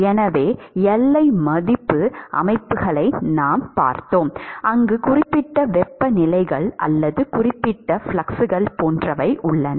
எனவே எல்லை மதிப்பு அமைப்புகளை நாங்கள் பார்த்தோம் அங்கு குறிப்பிட்ட வெப்பநிலைகள் அல்லது குறிப்பிட்ட ஃப்ளக்ஸ்கள் போன்றவை உள்ளன